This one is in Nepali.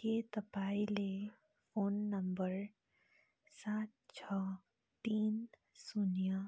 के तपाईँँले फोन नम्बर सात छ तिन शून्य